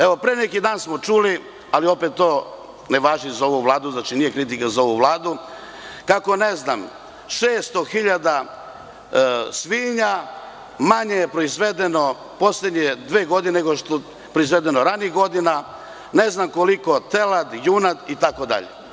Evo, pre neki dan smo čuli, ali opet to ne važi za ovu Vladu, znači nije kritika za ovu Vladu, kako, ne znam, 600 hiljada svinja manje je proizvedeno poslednje dve godine nego što je proizvedeno ranijih godina, ne znam koliko teladi, junadi, itd.